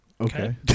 Okay